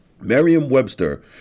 Merriam-Webster